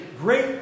great